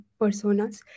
personas